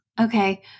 Okay